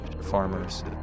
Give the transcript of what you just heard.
farmers